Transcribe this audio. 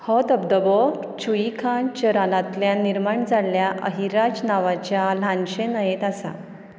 हो धबधबो छुईखांच रानांतल्यान निर्माण जाल्ल्या अहिराज नांवाच्या ल्हानशे न्हंयेत आसा